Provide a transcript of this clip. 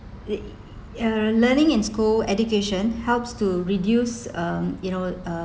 it uh learning in school education helps to reduce um you know uh